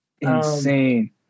Insane